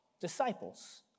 disciples